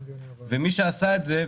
ומי שעשה את זה,